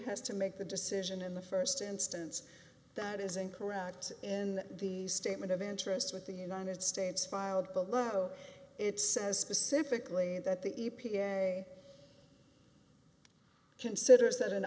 has to make the decision in the first instance that is incorrect in the statement of interest with the united states filed below it says specifically that the e p a considers that an